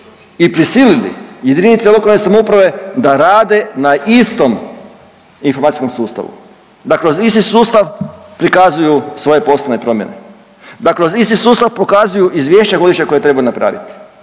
i prisilili JLS da rade na istom informacijskom sustavu, da kroz isti sustav prikazuju svoje poslovne promjene, da kroz isti sustav pokazuju izvješća godišnja koja trebaju napraviti